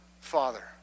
Father